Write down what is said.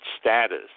status